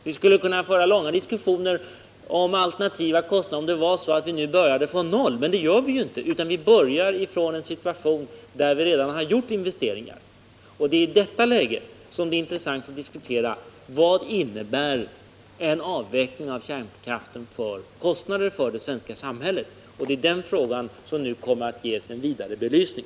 Vi skulle kunna föra långa diskussioner om alternativa kostnader om det var så att vi nu började från noll. Men det gör vi ju inte, utan vi börjar från en situation där vi redan har gjort investeringar. Det är i detta läge som det är intressant att diskutera vad en avveckling av kärnkraften innebär för kostnader för det svenska samhället. Det är den frågan som nu kommer att ges en vidare belysning.